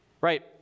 Right